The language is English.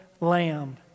lamb